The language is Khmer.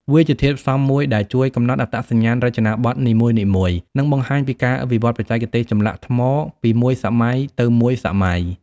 វាជាធាតុផ្សំមួយដែលជួយកំណត់អត្តសញ្ញាណរចនាបថនីមួយៗ និងបង្ហាញពីការវិវត្តន៍បច្ចេកទេសចម្លាក់ថ្មពីមួយសម័យទៅមួយសម័យ។